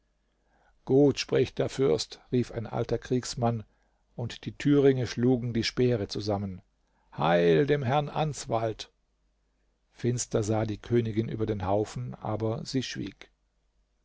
gut spricht der fürst rief ein alter kriegsmann und die thüringe schlugen die speere zusammen heil dem herrn answald finster sah die königin über den haufen aber sie schwieg